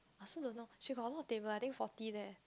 I also don't know she got a lot of table I think forty leh